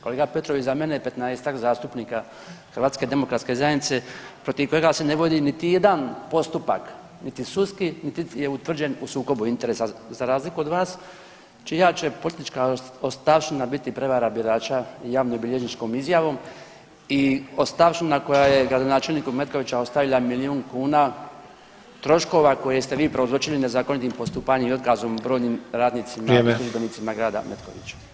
Kolega Petrov i za mene i 15-tak zastupnika HDZ-a protiv kojega se ne vodi niti jedan postupak, niti sudski, niti je utvrđen u sukobu interesa za razliku od vas čija će politička ostavština biti prevara birača javnobilježničkom izjavom i ostavština koja je gradonačelniku Metkovića ostavila milijun kuna troškova koje ste vi prouzročili nezakonitim postupanjem i otkazom brojnim radnicima i službenicima grada Metkovića.